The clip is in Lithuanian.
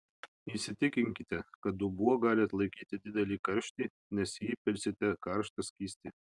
įsitikinkite kad dubuo gali atlaikyti didelį karštį nes į jį pilsite karštą skystį